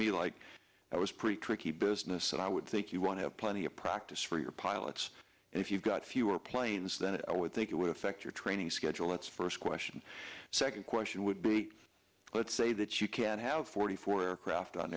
me like i was pretty tricky business yes and i would think you want to have plenty of practice for your pilots and if you've got fewer planes then i would think it would affect your training schedule it's first question second question would be let's say that you can have forty four aircraft on